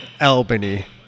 Albany